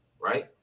right